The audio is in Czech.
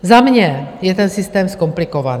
Za mě je ten systém zkomplikovaný.